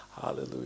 Hallelujah